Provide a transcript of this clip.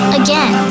again